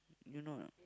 you know or not